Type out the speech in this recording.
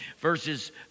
verses